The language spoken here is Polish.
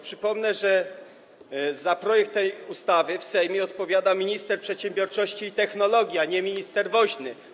Przypomnę, że za projekt tej ustawy w Sejmie odpowiada minister przedsiębiorczości i technologii, a nie minister Woźny.